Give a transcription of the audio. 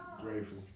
grateful